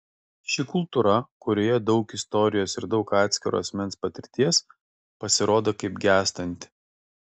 ši kultūra kurioje daug istorijos ir daug atskiro asmens patirties pasirodo kaip gęstanti